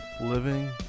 living